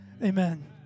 Amen